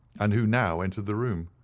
and who now entered the room.